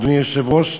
אדוני היושב-ראש,